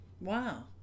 wow